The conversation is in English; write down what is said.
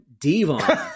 Devon